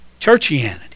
churchianity